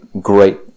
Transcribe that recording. great